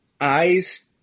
eyes